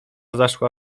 zaszła